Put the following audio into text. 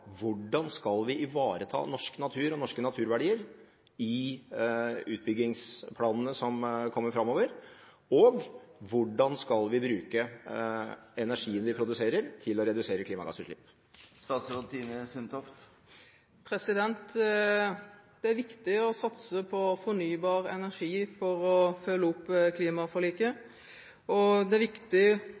hvordan vi skal ivareta norsk natur og norske naturverdier i utbyggingsplanene som kommer framover, og hvordan skal vi bruke energien vi produserer, til å redusere klimagassutslipp? Det er viktig å satse på fornybar energi for å følge opp klimaforliket, og det er viktig,